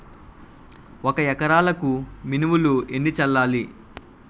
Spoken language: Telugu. ఒక ఎకరాలకు మినువులు ఎన్ని చల్లాలి?